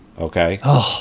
Okay